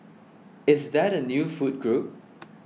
is that a new food group